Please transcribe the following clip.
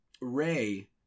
Ray